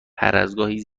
هرازگاهی